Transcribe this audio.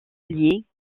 alliés